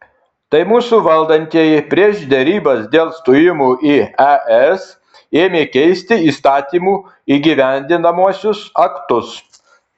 tai mūsų valdantieji prieš derybas dėl stojimo į es ėmė keisti įstatymų įgyvendinamuosius aktus